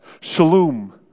Shalom